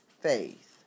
faith